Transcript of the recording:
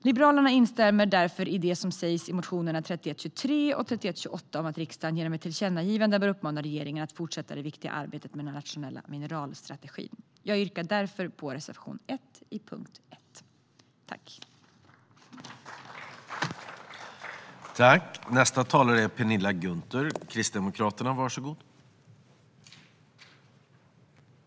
Liberalerna instämmer därför i vad som anförs i motionerna 2016/17:3123 och 3128 om att riksdagen genom ett tillkännagivande bör uppmana regeringen att fortsätta det viktiga arbetet med den nationella mineralstrategin. Jag yrkar därför bifall till reservation 1 under punkt 1.